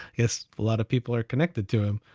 guess a lot of people are connected to him.